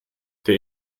der